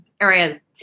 areas